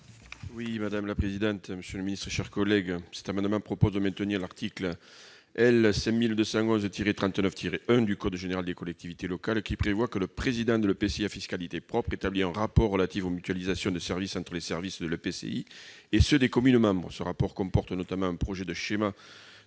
Henri Cabanel, pour présenter l'amendement n° 214 rectifié. Cet amendement vise à maintenir l'article L. 5211-39-1 du code général des collectivités locales, qui prévoit que le président de l'EPCI à fiscalité propre établit un rapport relatif aux mutualisations de services entre les services de l'EPCI et ceux des communes membres. Ce rapport comporte notamment un projet de schéma